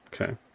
Okay